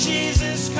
Jesus